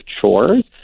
chores